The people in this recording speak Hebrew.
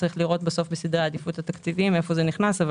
צריך לראות בסדר העדיפויות התקציביים איפה זה נכנס אבל